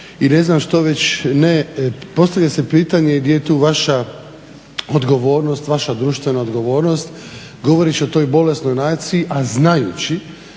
i ne znam što već ne postavlja se pitanje gdje je tu vaša odgovornost, vaša društvena odgovornost govoreći o toj bolesnoj naciji, a znajući